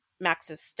Max's